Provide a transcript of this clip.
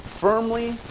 Firmly